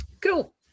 cool